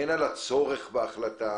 הן על הצורך בהחלטה